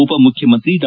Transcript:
ಉಪ ಮುಖ್ಯಮಂತ್ರಿ ಡಾ